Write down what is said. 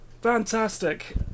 Fantastic